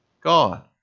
God